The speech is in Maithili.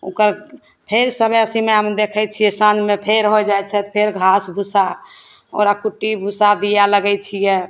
ओकर फेर समय सीमामे देखैत छियै साँझमे फेर हो जाइत छै तऽ घास भुस्सा ओकरा कुट्टी भुस्सा दिआए लगैत छियै